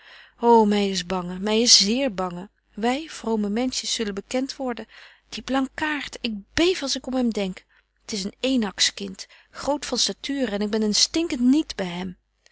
my is bange my is zeer bange wy vrome menschjes zullen bekent worden die blankaart ik beef als ik om hem denk t is een enaks kind groot van stature ik ben een stinkent niet by hem